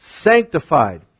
sanctified